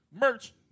merch